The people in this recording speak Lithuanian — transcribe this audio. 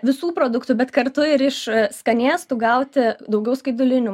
visų produktų bet kartu ir iš skanėstų gauti daugiau skaidulinių